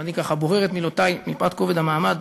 ואני ככה בורר את מילותי מפאת כובד המעמד,